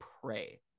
pray